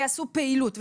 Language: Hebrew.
ויעשו פעילות,